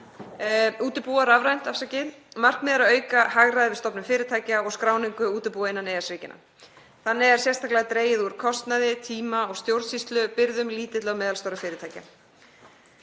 útibúa rafrænt. Markmiðið er að auka hagræði við stofnun fyrirtækja og skráningu útibúa innan EES-ríkjanna. Þannig er sérstaklega dregið úr kostnaði, tíma- og stjórnsýslubyrðum lítilla og meðalstórra fyrirtækja.